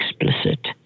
explicit